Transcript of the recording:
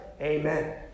Amen